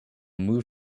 move